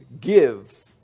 give